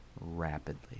Rapidly